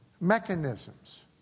mechanisms